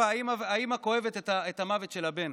האימא כואבת את המוות של הבן.